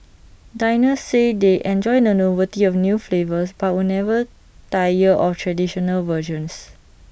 diners say they enjoy the novelty of new flavours but will never tire of traditional versions